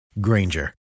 Granger